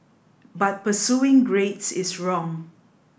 but pursuing grades is wrong